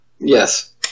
Yes